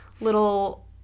little